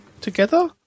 together